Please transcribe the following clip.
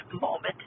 moment